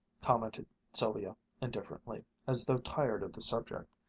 commented sylvia indifferently, as though tired of the subject.